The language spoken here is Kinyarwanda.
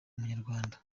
umunyarwanda